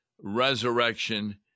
resurrection